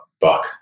Buck